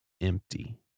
empty